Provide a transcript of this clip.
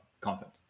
content